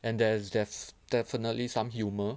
and there's there's definitely some humour